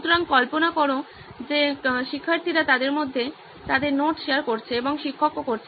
সুতরাং কল্পনা করুন যে শিক্ষার্থীরা তাদের মধ্যে তাদের নোট শেয়ার করছে এবং শিক্ষকও করছেন